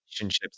relationships